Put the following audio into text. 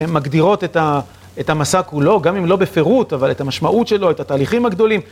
הן מגדירות את המסע כולו, גם אם לא בפירוט, אבל את המשמעות שלו, את התהליכים הגדולים.